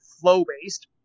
flow-based